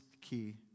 key